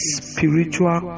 spiritual